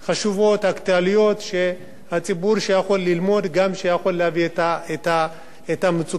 שהציבור יוכל ללמוד ולהביא את המצוקה שלו לממשלה.